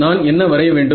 நான் என்ன வரைய வேண்டும்